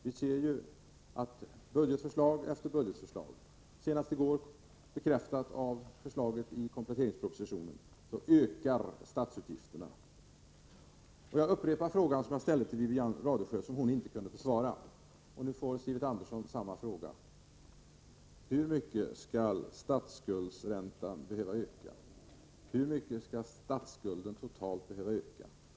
Vi ser ju i budgetförslag efter budgetförslag — senast i går bekräftat av förslaget i kompletteringspropositionen — att statsutgifterna ökar. Jag upprepar nu den fråga till Sivert Andersson som jag ställde till Wivi-Anne Radesjö, men som hon inte kunde besvara: Hur mycket skall statsskuldräntan behöva öka? Hur mycket skall statsskulden totalt behöva öka?